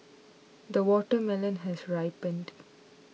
the watermelon has ripened